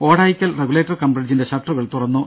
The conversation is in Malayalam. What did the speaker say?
ഓടായിക്കൽ റഗുലേറ്റർ കം ബ്രിഡ്ജിന്റെ ഷട്ടറുകൾ തുറന്നു